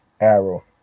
Arrow